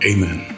Amen